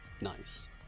nice